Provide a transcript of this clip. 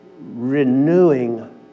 renewing